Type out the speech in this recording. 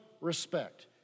respect